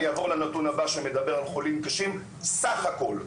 אני אעבור לנתון הבא שמדבר על חולים קשים סך הכל,